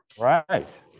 Right